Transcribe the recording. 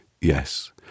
Yes